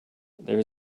there